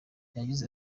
yagize